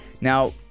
Now